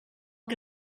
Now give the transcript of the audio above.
que